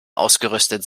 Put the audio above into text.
ausgerüstet